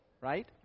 right